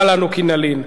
מה לנו כי נלין?